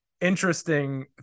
interesting